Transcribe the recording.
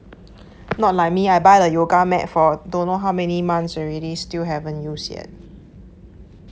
not like me I buy the yoga mat for don't know how many months already still haven't use yet